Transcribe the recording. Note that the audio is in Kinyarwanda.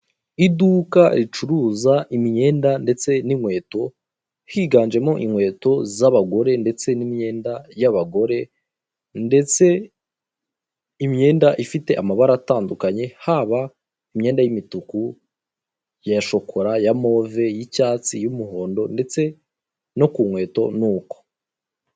Iduka ricuruza imyenda ndetse n'inkweto, higanjemo inkweto z'abagore ndetse n'imyenda y'abagore ndetse imyenda ifite amabara atandukanye haba imyenda y'imituku, ya shokora, ya move, y'icyatsi, y'umuhondo ndetse no ku nkweto ni uko.